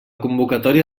convocatòria